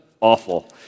awful